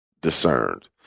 discerned